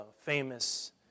famous